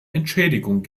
entschädigung